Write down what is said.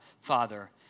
Father